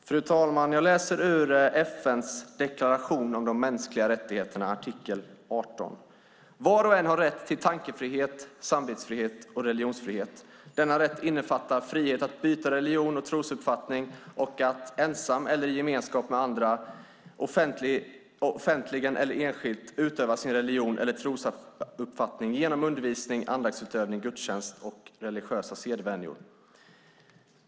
Fru talman! Jag läser ur FN:s deklaration om de mänskliga rättigheterna, artikel 18: "Var och en har rätt till tankefrihet, samvetsfrihet och religionsfrihet. Denna rätt innefattar frihet att byta religion och trosuppfattning och att, ensam eller i gemenskap med andra, offentligen eller enskilt, utöva sin religion eller trosuppfattning genom undervisning, andaktsutövning, gudstjänst och religiösa sedvänjor."